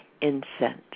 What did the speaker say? incense